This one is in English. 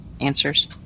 answers